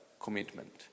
commitment